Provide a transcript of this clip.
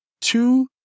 two